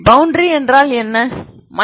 boundary என்றால் என்ன